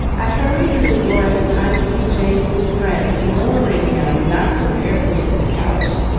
i hurried through the door in time to see james's friends, lowering him not so carefully to the couch.